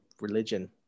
religion